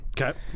Okay